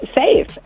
safe